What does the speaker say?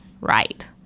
right